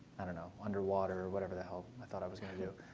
i don't know, underwater, or whatever that hell i thought i was going to do.